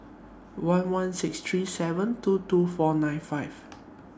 one one six three seven two two four nine five